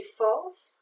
false